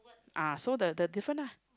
ah so the the different ah